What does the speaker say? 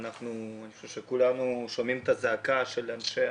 אני חושב שכולנו שומעים את הזעקה של אנשי